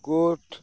court